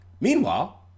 meanwhile